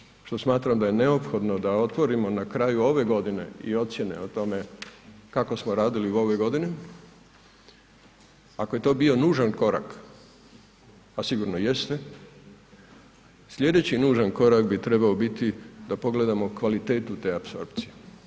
Međutim, ono što smatram da je neophodno da otvorimo na kraju ove godine i ocjene o tome kako smo radili u ovoj godini, ako je to bio nužan korak, a sigurno jeste, sljedeći nužan korak bi trebao biti da pogledamo kvalitetu te apsorpcije.